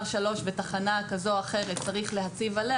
3 בתחנה כזו או אחרת צריך להציב עליה,